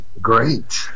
great